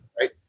right